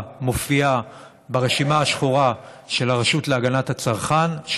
מופיעה ברשימה השחורה של הרשות להגנת הצרכן,